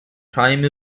time